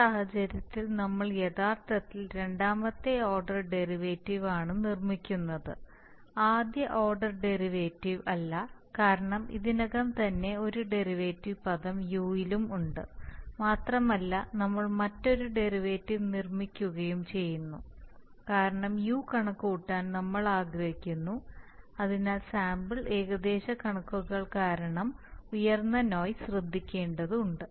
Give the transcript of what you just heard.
ഈ സാഹചര്യത്തിൽ നമ്മൾ യഥാർത്ഥത്തിൽ രണ്ടാമത്തെ ഓർഡർ ഡെറിവേറ്റീവ് ആണ് നിർമ്മിക്കുന്നത് ആദ്യ ഓർഡർ ഡെറിവേറ്റീവ് അല്ല കാരണം ഇതിനകം തന്നെ ഒരു ഡെറിവേറ്റീവ് പദം u യിലും ഉണ്ട് മാത്രമല്ല നമ്മൾ മറ്റൊരു ഡെറിവേറ്റീവ് നിർമ്മിക്കുകയും ചെയ്യുന്നു കാരണം u കണക്കുകൂട്ടാൻ നമ്മൾ ആഗ്രഹിക്കുന്നു അതിനാൽ സാമ്പിൾ ഏകദേശ കണക്കുകൾ കാരണം ഉയർന്ന നോയിസ് ശ്രദ്ധിക്കേണ്ടതുണ്ട്